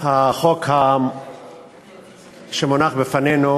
החוק שמונח לפנינו